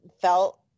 felt